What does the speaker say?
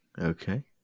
Okay